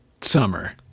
summer